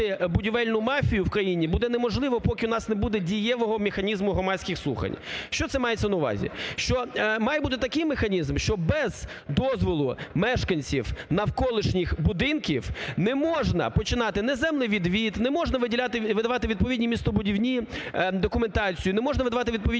будівельну мафію в країні буде неможливо, поки у нас не буде дієвого механізму громадських слухань. Що це мається на увазі. Що має бути такий механізм, що без дозволу мешканців навколишніх будинків не можна починати наземний відвід, не можна видавати відповідну містобудівну документацію, не можна видавати відповідні